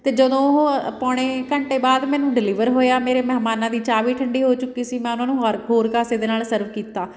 ਅਤੇ ਜਦੋਂ ਉਹ ਪੌਣੇ ਘੰਟੇ ਬਾਅਦ ਮੈਨੂੰ ਡਿਲੀਵਰ ਹੋਇਆ ਮੇਰੇ ਮਹਿਮਾਨਾਂ ਦੀ ਚਾਹ ਵੀ ਠੰਡੀ ਹੋ ਚੁੱਕੀ ਸੀ ਮੈਂ ਉਹਨਾਂ ਨੂੰ ਹਰ ਹੋਰ ਕਾਸੇ ਦੇ ਨਾਲ ਸਰਵ ਕੀਤਾ